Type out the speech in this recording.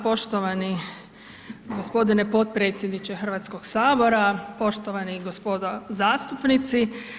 Poštovani g. potpredsjedniče Hrvatskog sabora, poštovani gospoda zastupnici.